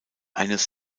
eines